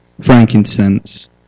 frankincense